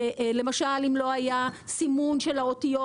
כמו למשל אם לא היה סימון של האותיות.